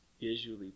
visually